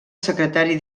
secretari